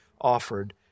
offered